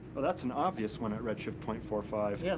well, that's an obvious one at redshift point four five. yeah